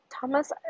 Thomas